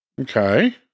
Okay